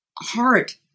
heart